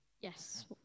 Yes